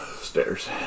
Stairs